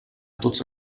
tots